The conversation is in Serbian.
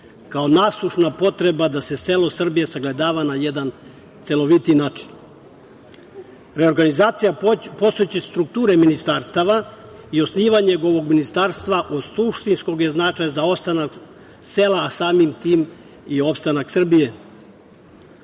kao nasušna potreba da se selo Srbije sagledava na jedan celovitiji način. Reorganizacija postojeće strukture ministarstava i osnivanje ovog ministarstva od suštinskog je značaja za ostanak sela, a samim tim i opstanak Srbije. Kao